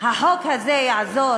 החוק הזה יעזור